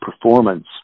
performance